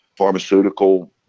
pharmaceutical